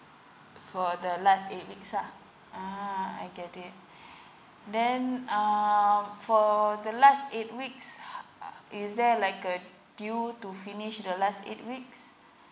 for the last eight weeks ah uh I get it then um for the last eight weeks is there like a due to finish the last eight weeks